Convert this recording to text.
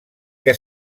que